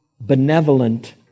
benevolent